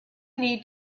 need